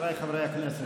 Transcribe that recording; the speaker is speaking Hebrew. חבריי חברי הכנסת,